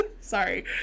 sorry